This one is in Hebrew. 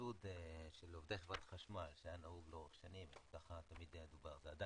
סבסוד עובדי חברת חשמל שהיה נהוג לאורך שנים עדיין קיים,